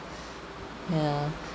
yeah